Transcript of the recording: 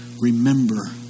remember